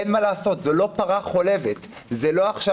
אין מה לעשות, זאת לא פרה חולבת, זה לא עכשיו: